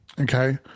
Okay